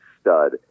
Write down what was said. stud